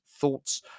thoughts